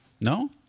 No